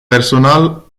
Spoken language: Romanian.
personal